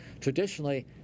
traditionally